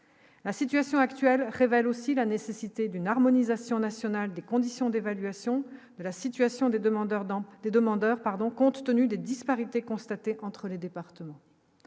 La situation actuelle révèle aussi la nécessité d'une harmonisation nationale des conditions d'évaluation de la situation des demandeurs d'emploi des demandeurs, pardon, compte tenu des disparités constatées entre les départements,